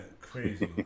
crazy